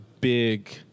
big